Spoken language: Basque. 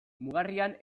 mugarrian